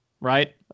right